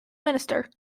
minister